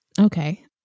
Okay